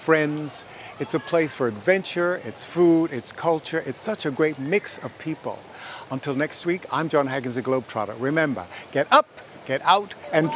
friends it's a place for adventure it's food it's culture it's such a great mix of people until next week i'm john haggis a globe trotter remember get up get out and